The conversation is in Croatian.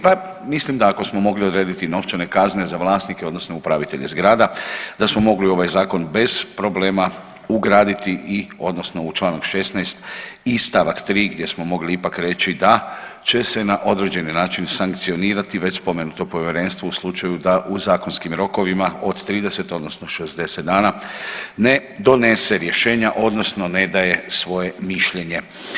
Pa mislim da ako smo mogli odrediti novčane kazne za vlasnike odnosno upravitelje zgrada, da smo mogli u ovaj zakon bez problema ugraditi i odnosno u čl. 16. i st. 3. gdje smo mogli ipak reći da će se na određeni način sankcionirati već spomenuto povjerenstvo u slučaju da u zakonskim rokovima od 30 odnosno 60 dana ne donese rješenja odnosno ne daje svoje mišljenje.